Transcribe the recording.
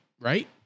Right